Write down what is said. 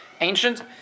ancient